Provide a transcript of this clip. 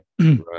Right